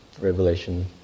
Revelation